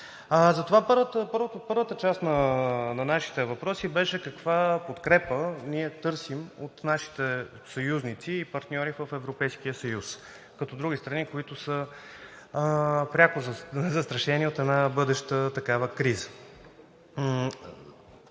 Затова първата част на нашите въпроси беше каква подкрепа ние търсим от нашите съюзници и партньори в Европейския съюз, като други страни, които са пряко застрашени от една бъдеща такава криза?